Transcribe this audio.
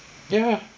ya